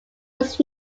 was